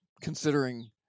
considering